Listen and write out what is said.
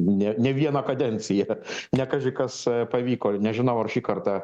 ne ne vieną kadenciją ne kaži kas pavyko nežinau ar šį kartą